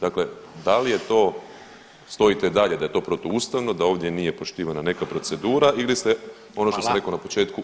Dakle da li je to stojite i dalje da je to protuustavno, da ovdje nije poštivana neka procedura ili ste, ono što sam rekao na početku